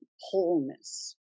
wholeness